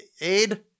aid